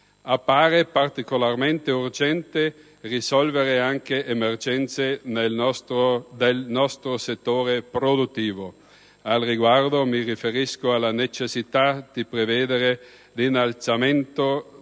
Appare particolarmente urgente risolvere alcune emergenze del nostro settore produttivo. Al riguardo, mi riferisco alla necessità di prevedere l'innalzamento